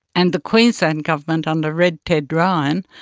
and the queensland government under red ted ryan,